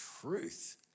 truth